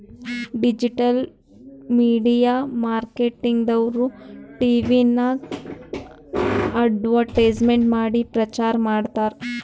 digital media marketing ದವ್ರು ಟಿವಿನಾಗ್ advertisement ಮಾಡಿ ಪ್ರಚಾರ್ ಮಾಡ್ತಾರ್